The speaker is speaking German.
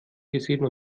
gesehen